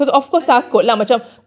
I think